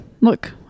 Look